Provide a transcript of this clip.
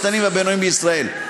הקטנים והבינוניים בישראל.